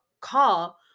call